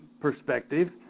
perspective